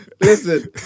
Listen